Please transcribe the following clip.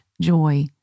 joy